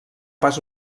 pas